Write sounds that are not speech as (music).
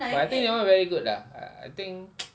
but I think that [one] very good ah uh I think (noise)